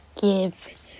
Give